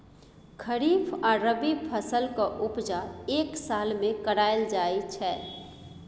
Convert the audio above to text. खरीफ आ रबी फसलक उपजा एक साल मे कराएल जाइ छै